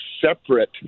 separate